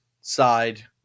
side